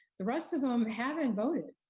the rest of them haven't voted.